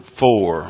four